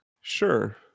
Sure